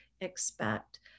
expect